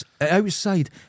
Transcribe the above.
outside